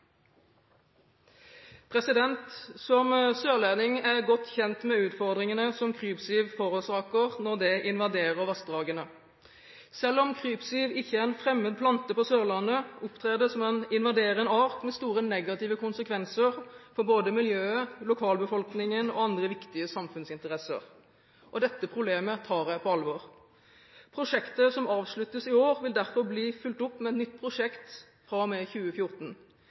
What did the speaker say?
krypsiv?» Som sørlending er jeg godt kjent med utfordringene som krypsiv forårsaker når det invaderer vassdragene. Selv om krypsiv ikke er en fremmed plante på Sørlandet, opptrer det som en invaderende art, med store negative konsekvenser for både miljøet, lokalbefolkningen og andre viktige samfunnsinteresser. Dette problemet tar jeg på alvor. Prosjektet som avsluttes i år, vil derfor bli fulgt opp med et nytt prosjekt fra og med 2014.